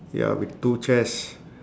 ya with two chairs